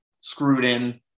screwed-in